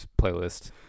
playlist